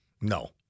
no